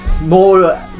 More